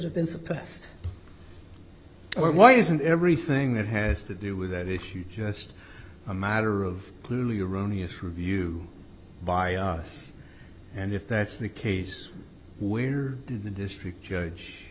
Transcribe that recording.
have been suppressed or why it isn't everything that has to do with it if you just a matter of clearly erroneous review by us and if that's the case where the district judge